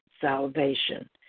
salvation